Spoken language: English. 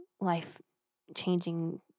life-changing